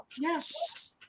Yes